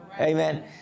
Amen